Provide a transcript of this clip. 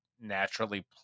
naturally